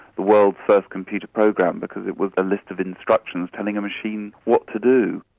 the world's first computer program because it was a list of instructions telling a machine what to do.